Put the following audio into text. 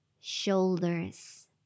shoulders